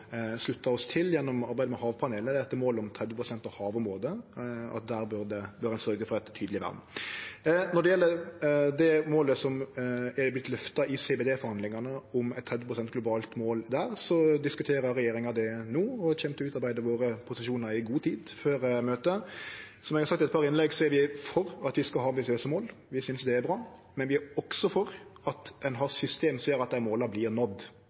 gjennom arbeidet med havpanelet slutta oss til målet om 30 pst. av havområdet, at der bør ein sørgje for eit tydeleg vern. Når det gjeld det målet som er vorte løfta i CBD-forhandlingane om eit 30 pst. globalt mål der, diskuterer regjeringa det no og kjem til å utarbeide våre posisjonar i god tid før møtet. Som eg har sagt i eit par innlegg, er vi for at vi skal ha ambisiøse mål. Vi synest det er bra, men vi er også for at ein har system som gjer at dei måla